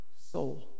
soul